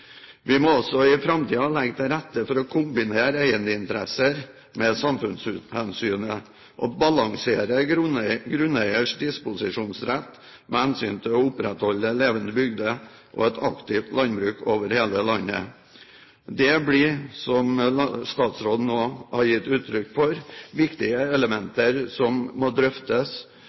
Vi må også i framtiden legge til rette for å kombinere eierinteresser med samfunnshensynet og balansere grunneieres disposisjonsrett med hensynet til å opprettholde levende bygder og et aktivt landbruk over hele landet. Det blir, som statsråden nå har gitt uttrykk for, viktige elementer som må drøftes